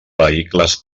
vehicles